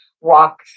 walk